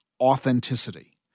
authenticity